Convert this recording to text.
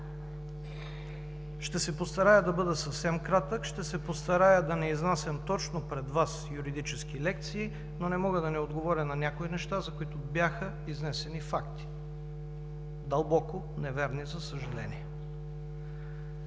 Ще се постарая да бъда съвсем кратък, ще се постарая да не изнасям точно пред Вас юридически лекции, но не мога да не отговаря на някои неща, за които бяха изнесени факти – дълбоко неверни, за съжаление.